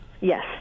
Yes